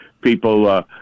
People